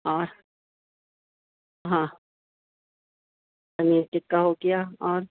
اور ہاں پنیر ٹکا ہو گیا اور